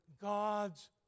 God's